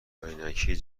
عینکی